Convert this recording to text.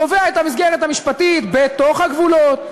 קובע את המסגרת המשפטית בתוך הגבולות,